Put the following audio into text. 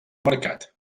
marcat